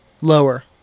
Lower